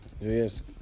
yes